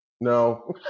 no